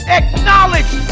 acknowledge